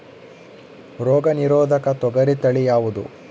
ರೋಗ ನಿರೋಧಕ ತೊಗರಿ ತಳಿ ಯಾವುದು?